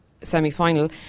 semi-final